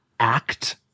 Act